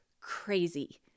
crazy